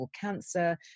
cancer